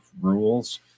rules